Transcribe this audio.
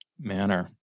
manner